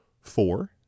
Four